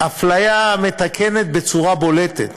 אפליה מתקנת בולטת